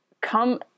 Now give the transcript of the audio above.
come